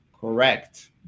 correct